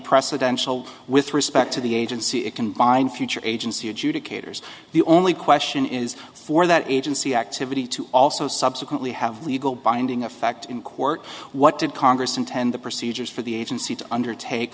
precedential with respect to the agency it can bind future agency adjudicators the only question is for that agency activity to also subsequently have legal binding effect in court what did congress intend the procedures for the agency to undertake